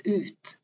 ut